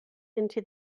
into